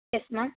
yes மா